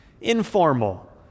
Informal